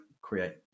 create